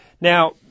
Now